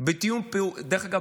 דרך אגב,